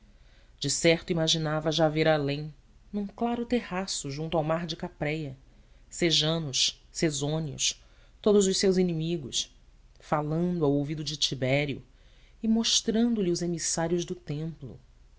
perturbado decerto imaginava já ver além num claro terraço junto ao mar de cáprea sejano cesônio todos os seus inimigos falando ao ouvido de tibério e mostrandolhe os emissários do templo